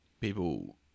People